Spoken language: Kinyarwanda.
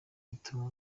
rituma